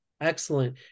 excellent